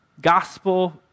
gospel